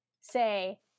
say